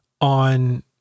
on